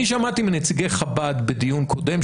אני שמעתי מנציגי חב"ד בדיון קודם,